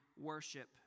worship